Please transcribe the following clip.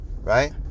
right